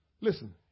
listen